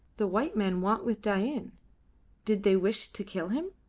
the white men want with dain? did they wish to kill him?